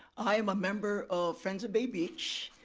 i am a member of friends of bay beach,